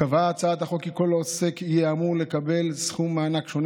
קבעה הצעת החוק כי כל עוסק יהיה אמור לקבל סכום מענק שונה,